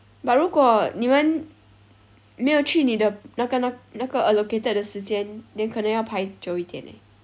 but 如果你们没有去你的那个那个 allocated 的时间 then 可能要排久一点 leh